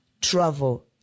travel